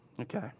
Okay